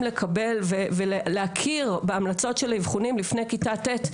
לקבל ולהכיר בהמלצות של האבחונים לפני כיתה ט',